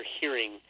hearing